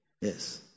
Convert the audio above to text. Yes